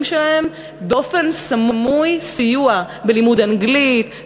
שלהם באופן סמוי סיוע בלימוד אנגלית,